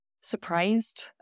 surprised